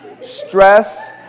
Stress